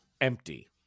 empty